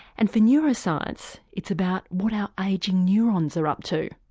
and for neuroscience it's about what our ageing neurons are up to.